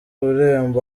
irembo